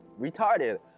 retarded